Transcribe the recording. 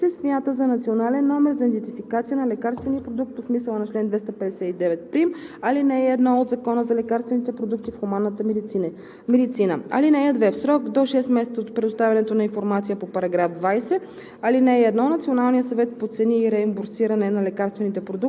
в регистъра на пределните цени и в регистъра на максималните продажни цени, се смятат за национален номер за идентификация на лекарствения продукт по смисъла на чл. 2591, ал. 1 от Закона за лекарствените продукти в хуманната медицина. (2) В срок до 6 месеца от предоставянето на информацията по § 20,